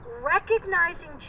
recognizing